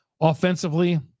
Offensively